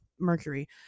mercury